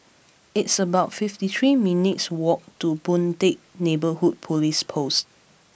it's about fifty three minutes' walk to Boon Teck Neighbourhood Police Post